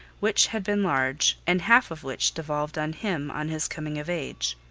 which had been large, and half of which devolved on him on his coming of age.